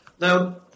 Now